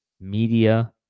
media